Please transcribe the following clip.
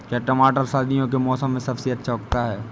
क्या टमाटर सर्दियों के मौसम में सबसे अच्छा उगता है?